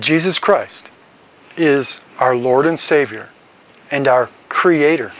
jesus christ is our lord and savior and our creator